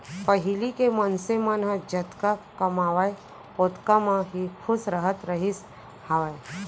पहिली के मनसे मन ह जतका कमावय ओतका म ही खुस रहत रहिस हावय